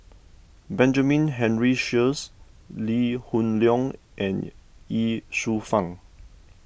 Benjamin Henry Sheares Lee Hoon Leong and Ye Shufang